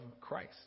christ